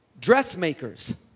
Dressmakers